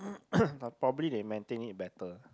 but probably they maintain it better